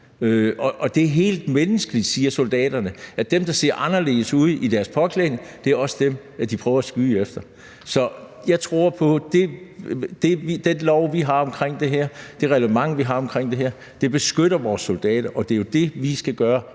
Og det er meget menneskeligt, siger soldaterne, at dem, der ser anderledes ud i påklædningen, også er dem, de prøver at skyde efter. Så jeg tror, at den lov, vi har omkring det her, det reglement, vi har omkring det her, beskytter vores soldater, og det er jo det, vi i